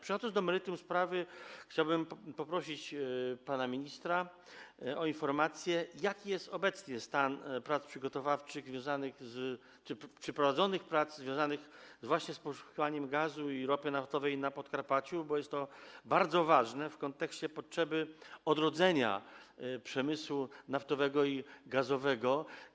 Przechodząc do meritum sprawy, chciałbym poprosić pana ministra o informację, jaki jest obecnie stan prac przygotowawczych czy prowadzonych prac związanych właśnie z poszukiwaniem gazu i ropy naftowej na Podkarpaciu, bo jest to bardzo ważne w kontekście potrzeby odrodzenia przemysłu naftowego i gazowego.